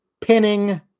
pinning